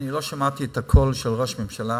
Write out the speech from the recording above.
לא שמעתי את הקול של ראש הממשלה.